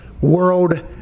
World